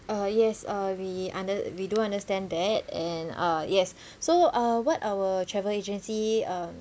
uh yes uh we under we do understand that and uh yes so uh what our travel agency um